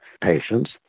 patients